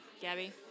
Gabby